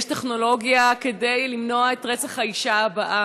יש טכנולוגיה כדי למנוע את רצח האישה הבאה,